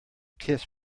kiss